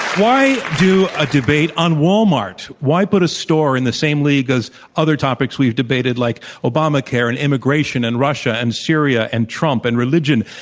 why do a debate on walmart? why out but a store in the same league as other topics we've debated like obamacare and immigration and russia and syria and trump and religion,